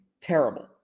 terrible